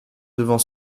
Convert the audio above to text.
devant